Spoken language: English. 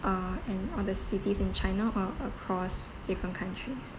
uh and all the cities in china or across different countries